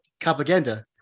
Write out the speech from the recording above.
propaganda